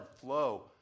flow